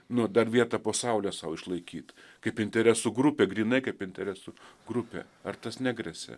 nu dar vietą po saule sau išlaikyt kaip interesų grupė grynai kaip interesų grupė ar tas negresia